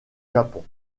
japon